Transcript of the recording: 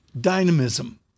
dynamism